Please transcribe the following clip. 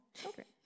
children